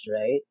right